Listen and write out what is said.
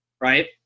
right